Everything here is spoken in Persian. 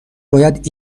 باید